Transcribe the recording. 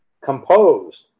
composed